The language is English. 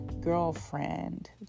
girlfriend